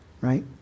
right